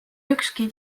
ükski